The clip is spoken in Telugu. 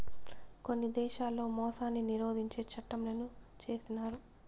కొన్ని దేశాల్లో మోసాన్ని నిరోధించే చట్టంలను చేసినారు